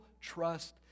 trust